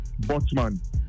Botman